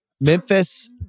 Memphis